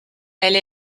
elle